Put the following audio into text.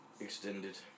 Extended